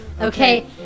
Okay